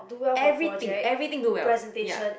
everything everything do well ya